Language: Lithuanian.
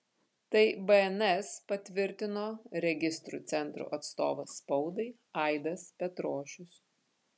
tai bns patvirtino registrų centro atstovas spaudai aidas petrošius